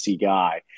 guy